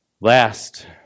Last